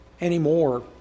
anymore